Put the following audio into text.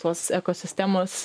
tuos ekosistemos